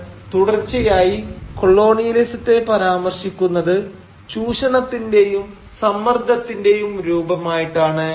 നമ്മൾ തുടർച്ചയായി കൊളോണിയലിസത്തെ പരാമർശിക്കുന്നത് ചൂഷണത്തിന്റെയും സമ്മർദ്ദത്തിന്റെയും രൂപമായിട്ടാണ്